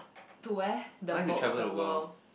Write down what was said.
to where the boat the world